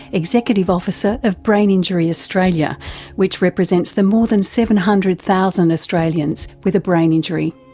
executive officer of brain injury australia which represents the more than seven hundred thousand australians with a brain injury.